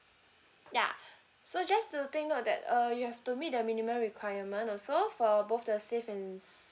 ya so just to take note that uh you have to meet the minimum requirement also for both the save and